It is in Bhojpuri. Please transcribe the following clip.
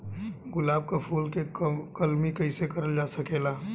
गुलाब क फूल के कलमी कैसे करल जा सकेला?